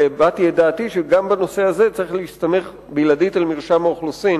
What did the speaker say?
הבעתי את דעתי שגם בנושא הזה צריך להסתמך בלעדית על מרשם האוכלוסין